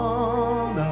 on